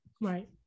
Right